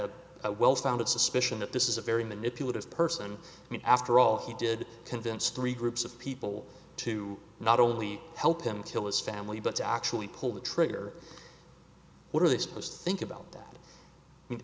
a well founded suspicion that this is a very manipulative person after all he did convince three groups of people to not only help him kill his family but to actually pull the trigger what are they supposed think about that i